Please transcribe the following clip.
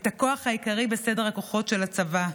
את הכוח העיקרי בסדר הכוחות של הצבא.